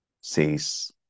says